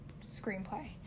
screenplay